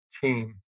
team